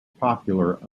popular